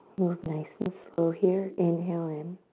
move nice and slow here. inhale in.